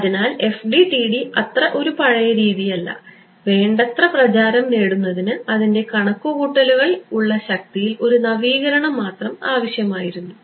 അതിനാൽ FDTD അത്ര പഴയ ഒരു രീതി അല്ല വേണ്ടത്ര പ്രചാരം നേടുന്നതിന് അതിൻറെ കണക്കുകൂട്ടുന്ന ശക്തിയിൽ ഒരു നവീകരണം മാത്രം ആവശ്യമായിരുന്നു